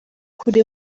kuri